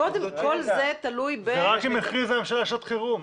זה רק כשמכריזים על שעת חירום.